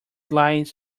lies